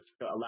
allow